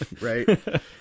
right